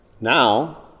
Now